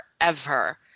forever